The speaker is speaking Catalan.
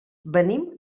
venim